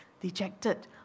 Dejected